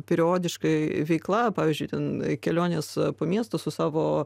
periodiškai veikla pavyzdžiui ten kelionės po miestus su savo